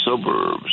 suburbs